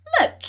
Look